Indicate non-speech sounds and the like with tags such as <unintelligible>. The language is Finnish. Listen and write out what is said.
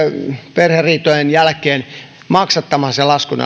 perheriitojen jälkeen maksattamaan sen laskun <unintelligible>